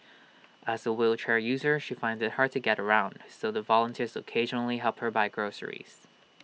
as A wheelchair user she finds IT hard to get around so the volunteers occasionally help her buy groceries